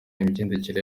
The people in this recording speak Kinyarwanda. imigendekere